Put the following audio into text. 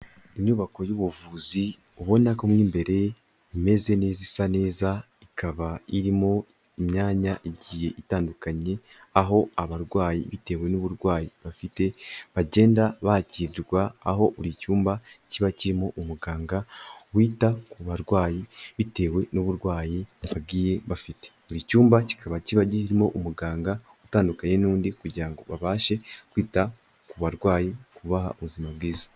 Inyubako y'ubuvuzi ubona ko mo imbere imeze neza isa neza, ikaba irimo imyanya igiye itandukanye, aho abarwayi bitewe n'uburwayi bafite bagenda bagirwa, aho buri cyumba kiba kirimo umuganga wita ku barwayi bitewe n'uburwayi batagiye bafite. Buri cyumba kikaba kiba girimo umuganga utandukanye n'undi, kugira ngo babashe kwita ku barwayi, kubaha ubuzima bwiza.